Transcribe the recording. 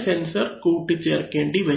sensor കൂട്ടി ചേർക്കേണ്ടി വരും